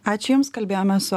ačiū jums kalbėjome su